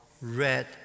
red